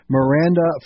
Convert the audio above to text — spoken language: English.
Miranda